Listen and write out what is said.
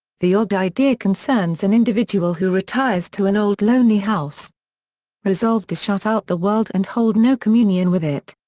the odd idea concerns an individual who retires to an old lonely house resolved to shut out the world and hold no communion with it.